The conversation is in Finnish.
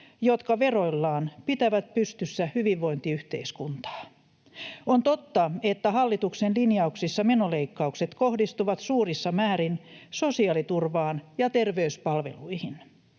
jotka veroillaan pitävät pystyssä hyvinvointiyhteiskuntaa. On totta, että hallituksen linjauksissa menoleikkaukset kohdistuvat suurissa määrin sosiaaliturvaan ja terveyspalveluihin.